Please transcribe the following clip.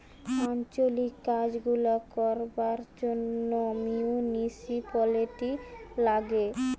আঞ্চলিক কাজ গুলা করবার জন্যে মিউনিসিপালিটি লাগে